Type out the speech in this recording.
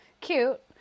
cute